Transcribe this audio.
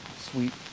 Sweet